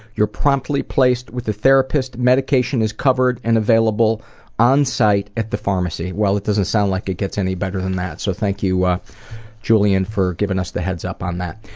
you're promptly placed with a therapist. medication is covered and available on site at the pharmacy. well, it doesn't sound like it gets any better than that. so thank you julian for giving us the heads up on that.